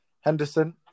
Henderson